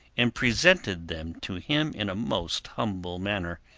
and presented them to him in a most humble manner,